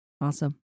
awesome